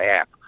app